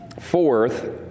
Fourth